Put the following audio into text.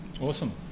Awesome